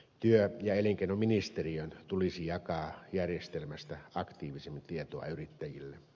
työ ja elinkeinoministeriön tulisi jakaa järjestelmästä aktiivisemmin tietoa yrittäjille